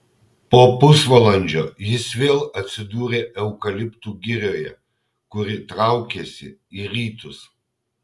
po pusvalandžio jis vėl atsidūrė eukaliptų girioje kuri traukėsi į rytus